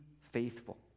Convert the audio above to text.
faithful